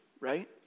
right